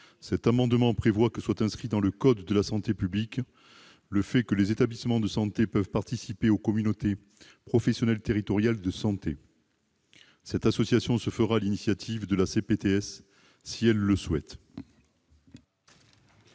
cet amendement tend à inscrire, dans le code de la santé publique, la possibilité pour les établissements de santé de participer aux communautés professionnelles territoriales de santé. Cette association se fera sur l'initiative de la CPTS, si elle le souhaite.